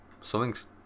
Something's